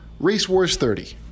racewars30